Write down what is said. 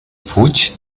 fuig